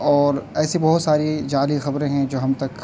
اور ایسی بہت ساری جعلی خبریں ہیں جو ہم تک